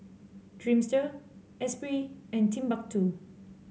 Dreamster Esprit and Timbuk two